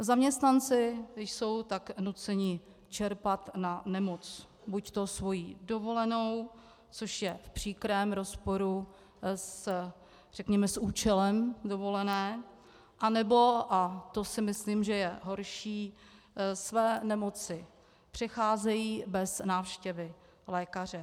Zaměstnanci jsou tak nuceni čerpat na nemoc buďto svou dovolenou, což je v příkrém rozporu s účelem dovolené, anebo, a to si myslím, že je horší, své nemoci přecházejí bez návštěvy lékaře.